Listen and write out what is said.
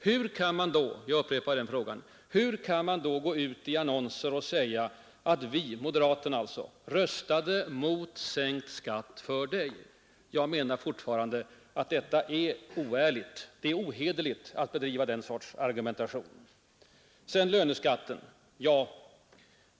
Hur kan man då — jag upprepar den frågan — gå ut med annonser som påstår att moderaterna ”röstade mot sänkt skatt för dig”. Jag vidhåller att det är ohederligt att bedriva den sortens argumentation.